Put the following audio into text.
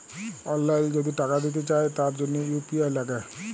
অললাইল যদি টাকা দিতে চায় তার জনহ ইউ.পি.আই লাগে